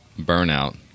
Burnout